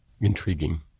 intriguing